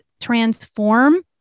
transform